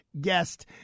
guest